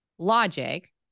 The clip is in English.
logic